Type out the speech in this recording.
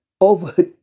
over